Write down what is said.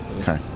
Okay